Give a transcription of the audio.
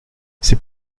c’est